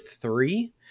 three